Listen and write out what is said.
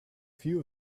few